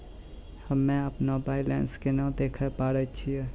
हम्मे अपनो बैलेंस केना देखे पारे छियै?